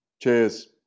Cheers